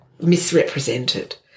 misrepresented